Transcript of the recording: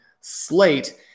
slate